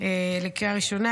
בקריאה הראשונה,